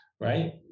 Right